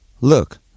Look